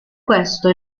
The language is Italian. questo